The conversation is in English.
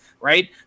right